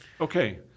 Okay